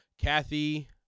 Kathy